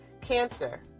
cancer